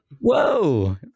whoa